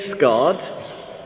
God